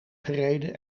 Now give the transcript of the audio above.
gereden